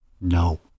No